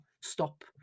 stop